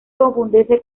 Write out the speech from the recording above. confundirse